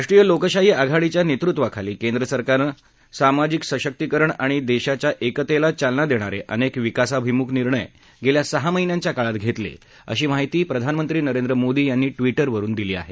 राष्ट्रीय लोकशाही आघाडीच्या नेतृत्वाखाली केंद्र सरकारनं सामाजिक सशक्तीकरण आणि देशाच्या एकतेला चालना देणारे अनेक विकासाभिमुख निर्णय गेल्या सहा महिन्यांच्या काळात घेतले अशी माहिती प्रधानमंत्री नरेंद्र मोदी यांनी ट्विटरवरून दिली आहे